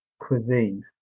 cuisine